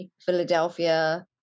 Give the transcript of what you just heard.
Philadelphia